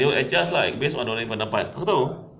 they will adjust lah based on your rank dapat aku tahu